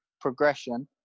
progression